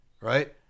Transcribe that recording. right